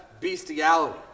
bestiality